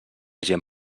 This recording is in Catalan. gent